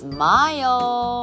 Smile